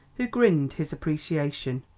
who grinned his appreciation.